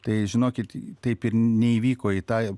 tai žinokit taip ir neįvyko į tą